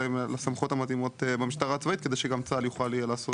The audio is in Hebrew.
לסמכויות המתאימות במשטרה הצבאית כדי שגם צה"ל יוכל יהיה לעשות.